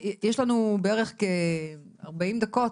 יש לנו בערך כ-40 דקות,